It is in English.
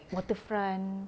waterfront